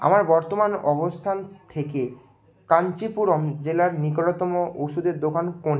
আমার বর্তমান অবস্থান থেকে কাঞ্চিপুরম জেলার নিকটতম ওষুধের দোকান কোনটি